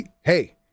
Hey